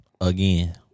Again